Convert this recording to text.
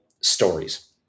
stories